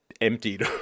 emptied